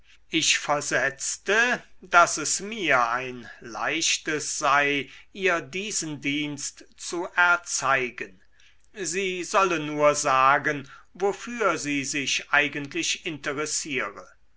ich versetzte daß es mir ein leichtes sei ihr diesen dienst zu erzeigen sie solle nur sagen wofür sie sich eigentlich interessiere